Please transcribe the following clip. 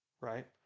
right